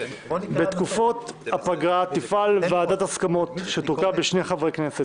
בתקופת הפגרה תפעל "ועדת הסכמות" שתורכב משני חברי כנסת